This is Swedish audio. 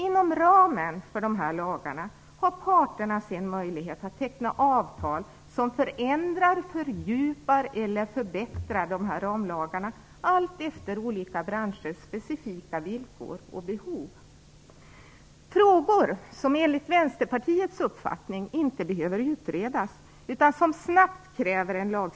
Inom ramen för de lagarna har parterna sedan möjlighet att teckna avtal som förändrar, fördjupar eller förbättrar ramlagarna allt efter olika branschers specifika villkor och behov. Det finns frågor som enligt Vänsterpartiets uppfattning inte behöver utredas, och där en lagstiftning krävs snabbt.